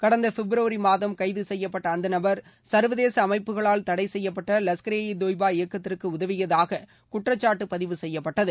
கடந்த பிப்ரவரி மாதம் கைது செய்யப்பட் அந்த நபர் சர்வதேச அமைப்புகளால் தடை செய்யப்பட்ட லஷ்கரே ஈ தொய்பா இயக்கத்திற்கு உதவியதாக குற்றம்சாட்டு பதிவு செய்யப்பட்டது